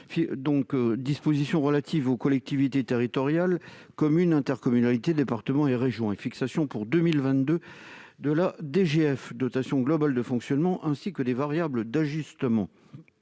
des dispositions relatives aux collectivités territoriales- communes, intercommunalités, départements et régions -et fixe pour 2022 la dotation globale de fonctionnement (DGF), ainsi que les variables d'ajustement.